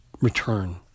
return